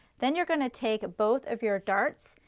then you're going to take both of your darts,